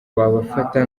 babafata